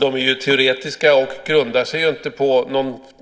De är teoretiska och grundar sig inte på